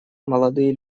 молодые